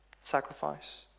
sacrifice